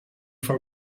for